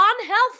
unhealthy